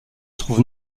trouve